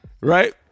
right